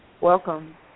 Welcome